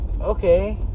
okay